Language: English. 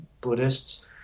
Buddhists